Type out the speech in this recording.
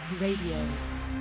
Radio